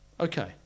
Okay